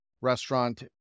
restaurant